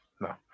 no